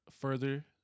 further